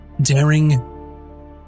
daring